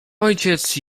ojciec